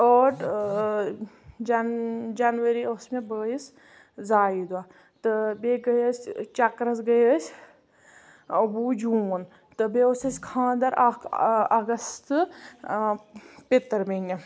ٲٹھ جَن جنؤری اوس مےٚ بٲیِس زایہِ دۄہ تہٕ بیٚیہِ گٔے أسۍ چکرس گٔے أسۍ وُہ جوٗن تہٕ بیٚیہِ اوس اَسہِ کھاندر اَکھ اَگست پِتٕر بیٚنہِ